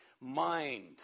mind